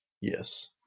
Yes